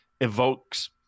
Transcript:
evokes